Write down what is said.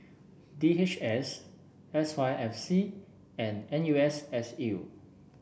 D H S S Y F C and N U S S U